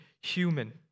human